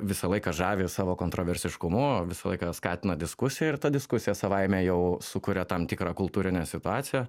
visą laiką žavi savo kontroversiškumu visą laiką skatina diskusiją ir ta diskusija savaime jau sukuria tam tikrą kultūrinę situaciją